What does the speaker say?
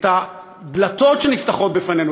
את הדלתות שנפתחות בפנינו,